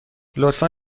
لطفا